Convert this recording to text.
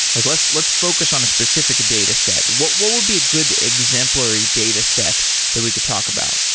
like let's let's focus on a specific dataset. what what would be a good exemplary dataset that we could talk about?